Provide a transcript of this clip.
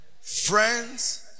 Friends